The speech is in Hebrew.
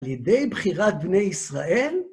לידי בחירת בני ישראל?